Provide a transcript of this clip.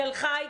תל חי,